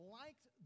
liked